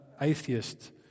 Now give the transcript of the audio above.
atheist